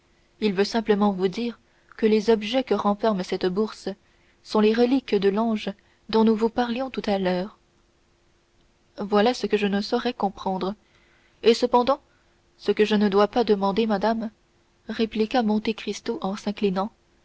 il veut seulement vous dire que les objets que renferme cette bourse sont les reliques de l'ange dont nous vous parlions tout à l'heure voilà ce que je ne saurais comprendre et cependant ce que je ne dois pas demander madame répliqua monte cristo en s'inclinant